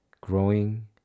growing